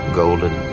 golden